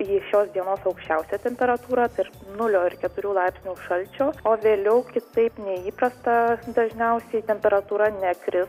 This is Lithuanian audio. į šios dienos aukščiausą temperatūrą tarp nulio ir keturių laipsnių šalčio o vėliau kitaip nei įprasta dažniausiai temperatūra nekris